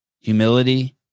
humility